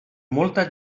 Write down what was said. molta